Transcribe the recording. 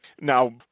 now